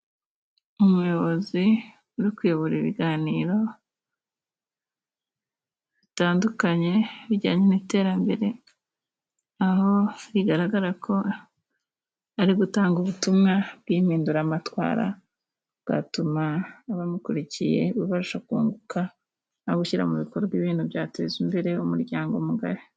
Umuyobozi uri kuyobora ibiganiro bitandukanye bijyanye n'iterambere, aho bigaragara ko ari gutanga ubutumwa bw'impinduramatwara bwatuma abamukurikiye babasha kunguka no gushyira mu bikorwa ibintu byateza imbere umuryango mugari.